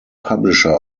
publisher